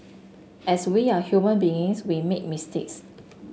as we are human beings we make mistakes